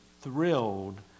thrilled